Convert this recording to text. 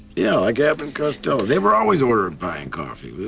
yeah, like abbot and costello! they were always ordering pie and coffee.